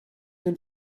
den